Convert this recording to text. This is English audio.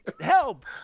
help